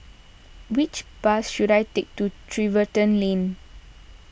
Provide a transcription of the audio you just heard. which bus should I take to Lane